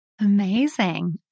Amazing